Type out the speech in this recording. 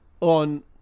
on